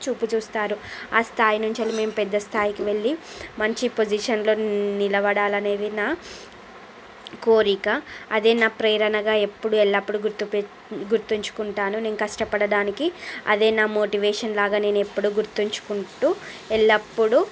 చూపు చూస్తారు ఆ స్థాయి నుంచి మేము పెద్ద స్థాయికి వెళ్ళి మంచి పొజిషన్లో నిలబడాలి అనేది నా కోరిక అదే నా ప్రేరణగా ఎప్పుడు ఎల్లప్పుడూ గుర్తుకు గుర్తుంచుకుంటాను నేను కష్టపడడానికి అదే నా మోటివేషన్లాగా నేను ఎప్పుడు గుర్తుంచుకుంటూ ఎల్లప్పుడూ